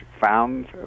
found